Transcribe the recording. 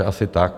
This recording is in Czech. Asi tak.